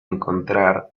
encontrar